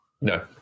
No